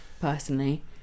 Personally